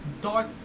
dark